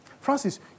Francis